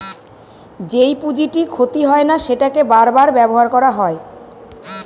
যেই পুঁজিটি ক্ষতি হয় না সেটাকে বার বার ব্যবহার করা হয়